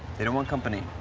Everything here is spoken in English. they don't want company.